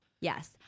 Yes